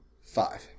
five